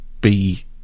be-